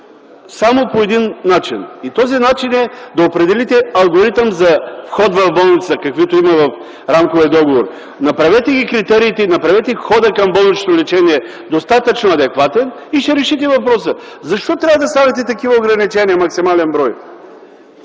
само по един начин и този начин е да определите алгоритъм за ход в болницата, каквито има в рамковия договор. Направете ги критериите, направете хода към болничното лечение достатъчно адекватен и ще решите въпроса. Защо трябва да слагате такива ограничения като максимален брой?